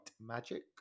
magic